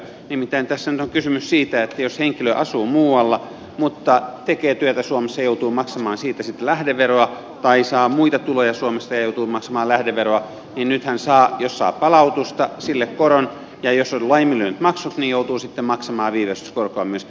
nimittäin tässä nyt on kysymys siitä että jos henkilö asuu muualla mutta tekee työtä suomessa ja joutuu maksamaan siitä sitten lähdeveroa tai saa muita tuloja suomessa ja joutuu maksamaan lähdeveroa niin nyt hän saa jos saa palautusta sille koron ja jos on laiminlyönyt maksut niin joutuu sitten maksamaan viivästyskorkoa myöskin noille maksuille